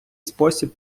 спосіб